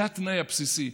זה התנאי הבסיסי.